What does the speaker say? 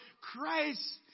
Christ